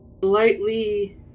slightly